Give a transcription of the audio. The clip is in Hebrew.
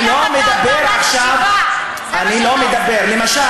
אני לא מדבר עכשיו, אני מדבר על מסגדים.